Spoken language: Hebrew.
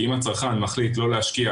כי אם הצרכן מחליט לא להשקיע